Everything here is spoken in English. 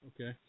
Okay